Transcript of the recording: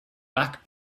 back